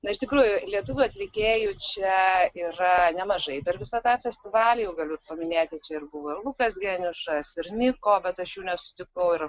na iš tikrųjų lietuvių atlikėjų čia yra nemažai per visą tą festivalį jau galiu paminėti čia ir buvo ir lukas geniušas ir niko bet aš jų nesutikau ir